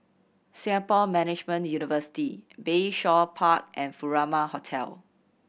Singapore Management University Bayshore Park and Furama Hotel